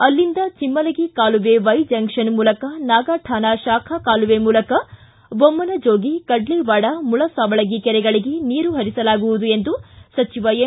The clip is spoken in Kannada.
ಅಲ್ಲಿಂದ ಚಮ್ನಲಗಿ ಕಾಲುವೆ ವೈ ಜಂಕ್ಷ್ಹನ್ ಮೂಲಕ ನಾಗಠಾಣ ಶಾಖಾ ಕಾಲುವೆ ಮೂಲಕ ಬೊಮ್ನಜೋಗಿ ಕಡ್ಡೆವಾಡ ಮುಳಸಾವಳಗಿ ಕೆರೆಗಳಗೆ ನೀರು ಹರಿಸಲಾಗುವದು ಎಂದು ಸಚಿವ ಎಂ